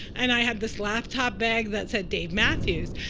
and i had this laptop bag that said dave matthews.